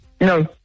No